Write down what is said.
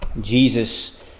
Jesus